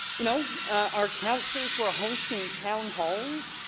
you know, our councillors who are hosting town halls,